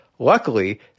Luckily